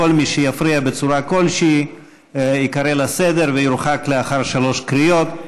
כל מי שיפריע בצורה כלשהי ייקרא לסדר ויורחק לאחר שלוש קריאות.